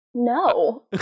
No